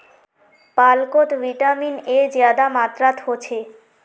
पालकोत vitamin A ज्यादा मात्रात होछे